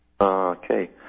Okay